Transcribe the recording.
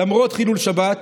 למרות חילול שבת,